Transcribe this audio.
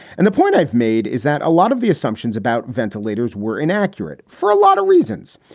and the point i've made is that a lot of the assumptions about ventilators were inaccurate for a lot of reasons.